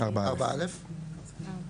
סעיף 4(א).